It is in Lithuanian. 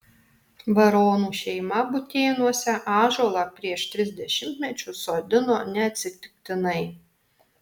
baronų šeima butėnuose ąžuolą prieš tris dešimtmečius sodino neatsitiktinai